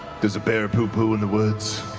does a bear poo poo in the woods?